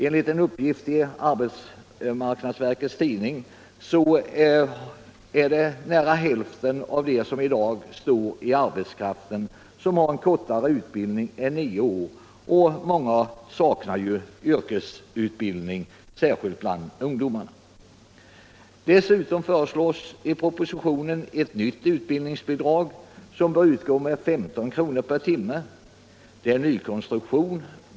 Enligt en uppgift i arbetsmarknadsverkets tidning har nära hälften av dem som i dag står i arbetskraften en kortare utbildning än nio år, och många saknar yrkesutbildning, särskilt bland ungdomarna. Dessutom föreslås i propositionen ett nytt utbildningsbidrag, som skall utgå med 15 kr. per timme. Det är en nykonstruktion.